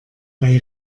bei